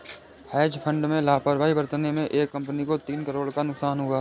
hedge fund में लापरवाही बरतने से एक कंपनी को तीन करोड़ का नुकसान हुआ